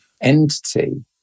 entity